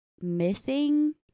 missing